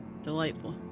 Delightful